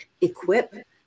equip